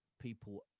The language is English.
people